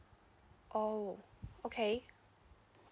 oh okay